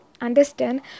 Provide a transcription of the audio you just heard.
Understand